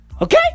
Okay